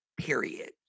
Period